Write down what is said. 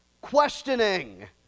Questioning